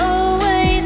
away